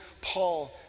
Paul